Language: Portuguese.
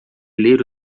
ler